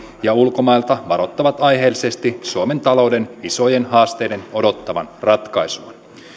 ja ulkomailta varoittavat aiheellisesti suomen talouden isojen haasteiden odottavan ratkaisua